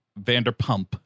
Vanderpump